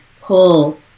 pull